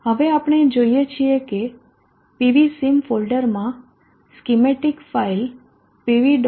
હવે આપણે જોઈએ છીએ કે pvsim ફોલ્ડરમાં સ્કિમેટીક ફાઇલ pv